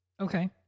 Okay